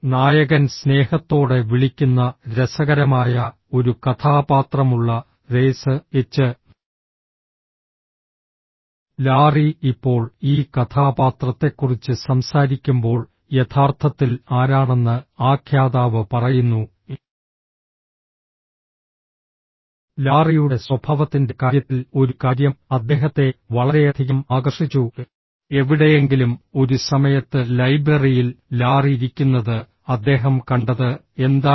നായകൻ സ്നേഹത്തോടെ വിളിക്കുന്ന രസകരമായ ഒരു കഥാപാത്രമുള്ള റേസ് എച്ച് ലാറി ഇപ്പോൾ ഈ കഥാപാത്രത്തെക്കുറിച്ച് സംസാരിക്കുമ്പോൾ യഥാർത്ഥത്തിൽ ആരാണെന്ന് ആഖ്യാതാവ് പറയുന്നു ലാറിയുടെ സ്വഭാവത്തിൻറെ കാര്യത്തിൽ ഒരു കാര്യം അദ്ദേഹത്തെ വളരെയധികം ആകർഷിച്ചു എവിടെയെങ്കിലും ഒരു സമയത്ത് ലൈബ്രറിയിൽ ലാറി ഇരിക്കുന്നത് അദ്ദേഹം കണ്ടത് എന്തായിരുന്നു